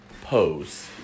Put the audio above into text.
Pose